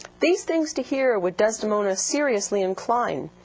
these things to hear would desdemona seriously incline,